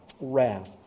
wrath